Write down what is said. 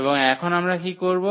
এবং এখন আমরা কি করব